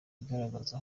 igaragaza